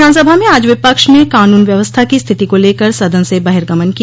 विधानसभा में आज विपक्ष ने कानून व्यवस्था की स्थिति को लेकर सदन से बहिर्गमन किया